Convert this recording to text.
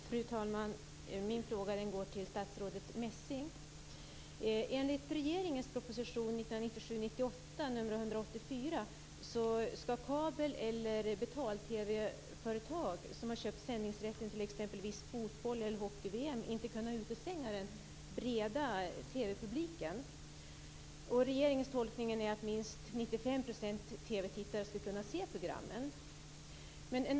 Fru talman! Min fråga går till statsrådet Messing. Enligt regeringens proposition 1997/98:184 skall kabel eller betal-TV-företag som har köpt sändningsrätten till t.ex. fotbolls eller hockey-VM inte kunna utestänga den breda TV-publiken. Regeringens tolkning är att minst 95 % av TV-tittarna skall kunna se programmen.